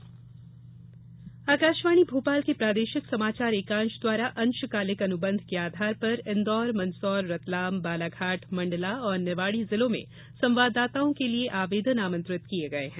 अंशकालिक संवाददाता आकाशवाणी भोपाल के प्रादेशिक समाचार एकांश द्वारा अंशकालिक अनुबंध के आधार पर इन्दौर मंदसौर रतलाम बालाघाट मंडला और निवाड़ी जिलों में संवाददाताओं के लिये आवेदन आमंत्रित किये गये हैं